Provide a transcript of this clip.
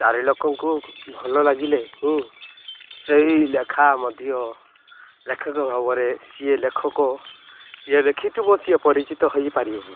ଚାରି ଲୋକଙ୍କୁ ଭଲ ଲାଗିଲେ ହିଁ ସେହି ଲେଖା ମଧ୍ୟ ଲେଖକ ଭାବରେ ସିଏ ଲେଖକ ଯିଏ ଲେଖିଥିବ ସିଏ ପରିଚିତ ହେଇପାରିବ